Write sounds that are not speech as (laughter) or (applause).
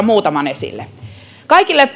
(unintelligible) muutaman ydinhuomion esille kaikille (unintelligible)